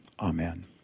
Amen